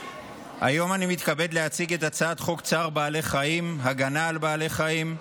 היום אני מתכבד להציג את הצעת חוק צער בעלי חיים (הגנה על בעלי חיים)